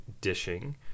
dishing